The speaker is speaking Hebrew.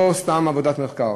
לא סתם עבודת מחקר,